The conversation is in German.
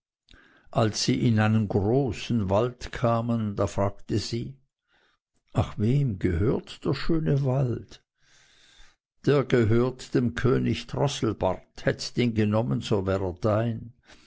als sie in einen großen wald kamen da fragte sie ach wem gehört der schöne wald der gehört dem könig drosselbart hättst du'n genommen so wär er dein